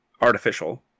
artificial